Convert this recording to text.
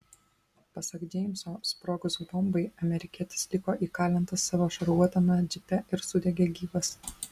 pasak džeimso sprogus bombai amerikietis liko įkalintas savo šarvuotame džipe ir sudegė gyvas